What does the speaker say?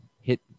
hit